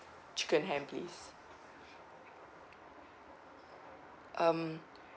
chicken ham please um